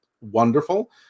wonderful